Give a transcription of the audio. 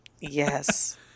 Yes